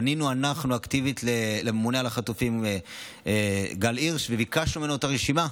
פנינו אנחנו אקטיבית לממונה על החטופים גל הירש וביקשנו ממנו את הרשימה,